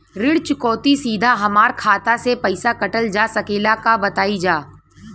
ऋण चुकौती सीधा हमार खाता से पैसा कटल जा सकेला का बताई जा?